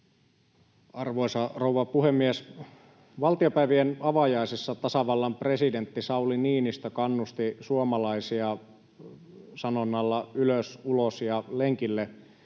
Arvoisa rouva puhemies! Valtiopäivien avajaisissa tasavallan presidentti Sauli Niinistö kannusti suomalaisia sanonnalla ”ylös, ulos ja lenkille”.